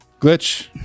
glitch